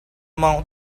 mouth